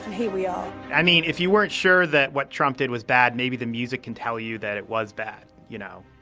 here we are i mean, if you weren't sure that what trump did was bad, maybe the music can tell you that it was bad, you know,